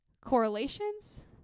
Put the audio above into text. correlations